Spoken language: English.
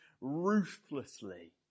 ruthlessly